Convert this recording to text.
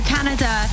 Canada